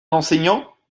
d’enseignants